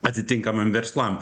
atitinkamiem verslam